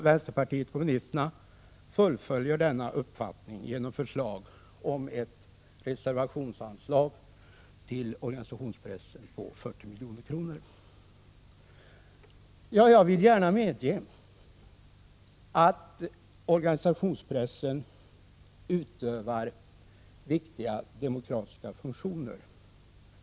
Vänsterpartiet kommunisterna fullföljer denna Jag vill gärna medge att organisationspressen utövar viktiga demokratiska funktioner.